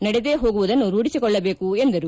ನಡೆದೇ ಹೋಗುವುದನ್ನು ರೂಢಿಸಿಕೊಳ್ಳಬೇಕು ಎಂದರು